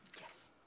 Yes